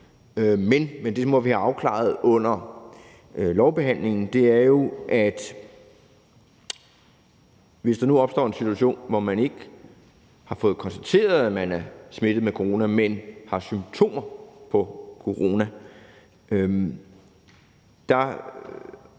men det må vi have afklaret under lovbehandlingen: Hvis der nu opstår en situation, hvor man ikke har fået konstateret, at man er smittet med corona, men har symptomer på corona,